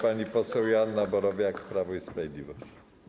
Pani poseł Joanna Borowiak, Prawo i Sprawiedliwość.